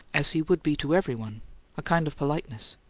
as he would be to everyone a kind of politeness.